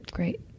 great